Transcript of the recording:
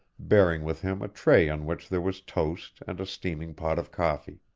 bearing with him a tray on which there was toast and a steaming pot of coffee.